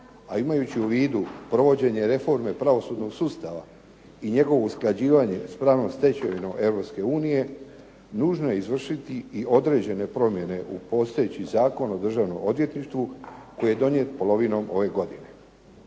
a imajući u vidu provođenje reforme pravosudnog sustava i njegovo usklađivanje s pravnom stečevinom Europske unije, nužno je izvršiti i određene promjene u postojećem Zakonu o Državnom odvjetništvu koji je donijet polovinom ove godine.